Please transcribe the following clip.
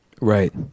Right